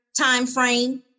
timeframe